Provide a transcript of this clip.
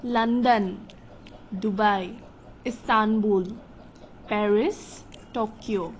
London Dubai Istanbul Paris Tokyo